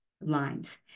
lines